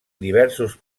diversos